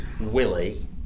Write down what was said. Willie